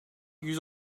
yüz